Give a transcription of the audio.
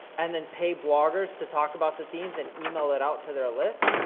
and then pay bloggers to talk about the themes, and email it out to their lists,